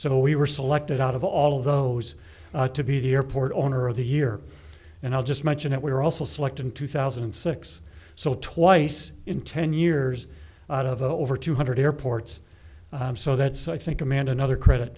so we were selected out of all of those to be the airport owner of the year and i'll just mention that we were also selected in two thousand and six so twice in ten years out of over two hundred airports so that's i think amanda nother credit